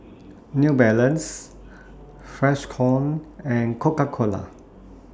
New Balance Freshkon and Coca Cola